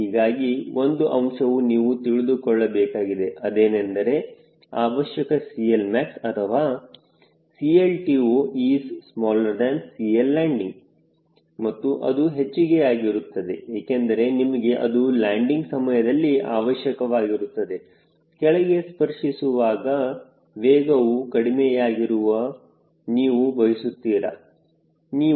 ಹೀಗಾಗಿ ಒಂದು ಅಂಶವನ್ನು ನೀವು ತಿಳಿದುಕೊಳ್ಳಬೇಕಾಗಿದೆ ಅದೇನೆಂದರೆ ಅವಶ್ಯಕ CLmax ಅಥವಾ CLTOCL landing ಮತ್ತು ಅದು ಹೆಚ್ಚಿಗೆಯಾಗಿರುತ್ತದೆ ಏಕೆಂದರೆ ನಿಮಗೆ ಅದು ಲ್ಯಾಂಡಿಂಗ್ ಸಮಯದಲ್ಲಿ ಅವಶ್ಯಕವಾಗಿರುತ್ತದೆ ಕೆಳಗೆ ಸ್ಪರ್ಶಿಸುವಾಗ ವೇಗವು ಕಡಿಮೆಯಾಗಿರುವ ನೀವು ಬಯಸುತ್ತೀರಾ